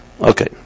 Okay